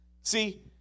See